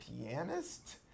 pianist